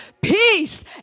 peace